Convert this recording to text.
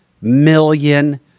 million